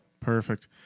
perfect